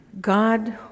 God